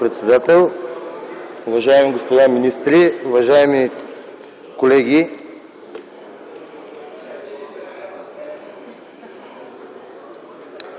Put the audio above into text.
председател, уважаеми господа министри, уважаеми колеги!